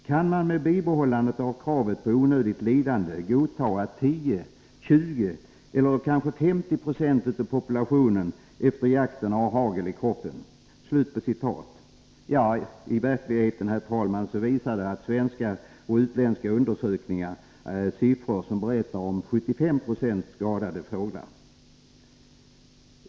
Kan man med bibehållande av kravet på undvikande av onödigt lidande godta att 10, 20 eller kanske 50 76 av populationen efter jakten har hagel i kroppen? — I verkligheten berättar svenska och utländska undersökningar om 75 960 skadade fåglar.